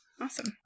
Awesome